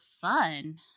fun